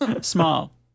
small